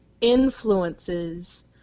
influences